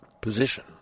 position